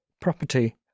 Property